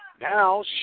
Now